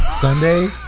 Sunday